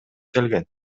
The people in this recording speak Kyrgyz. келген